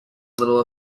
little